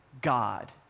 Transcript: God